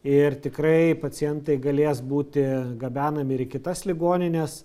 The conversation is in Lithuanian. ir tikrai pacientai galės būti gabenami ir į kitas ligonines